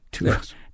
Yes